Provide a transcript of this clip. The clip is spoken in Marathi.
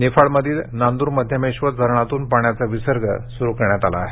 निफाडमधील नांदुरमध्यमेश्वर धरणातून पाण्याचा विसर्ग सुरू करण्यात आला आहे